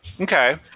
Okay